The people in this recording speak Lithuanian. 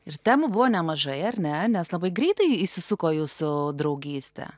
ir temų buvo nemažai ar ne nes labai greitai įsisuko jūsų draugystė